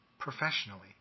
professionally